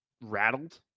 rattled